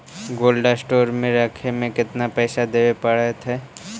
Cold store में रखे में केतना पैसा देवे पड़तै है?